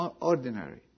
ordinary